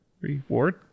reward